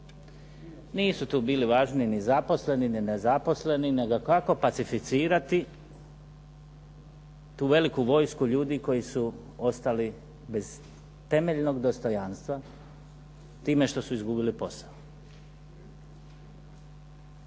Nisu tu bili važni ni zaposleni ni nezaposleni, nego kako pacificirati tu veliku vojsku ljudi koji su ostali bez temeljnog dostojanstva time što su izgubili posao.